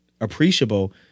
appreciable